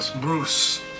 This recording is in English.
Bruce